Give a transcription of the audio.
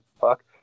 fuck